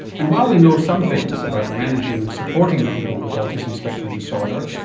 and while we know some things about managing and supporting people with autism spectrum disorder,